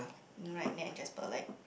you know right Nat and Jasper like